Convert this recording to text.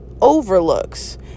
overlooks